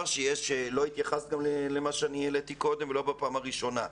לא התייחסת למה שאני העליתי קודם ולא בפעם הראשונה.